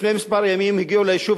לפני ימים מספר הגיעו ליישוב